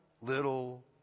little